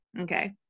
Okay